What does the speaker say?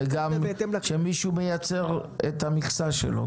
זה גם כשמישהו מייצר את המכסה שלו.